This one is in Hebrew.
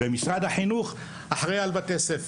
ומשרד החינוך אחראי על בתי ספר.